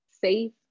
safe